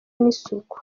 n’isuku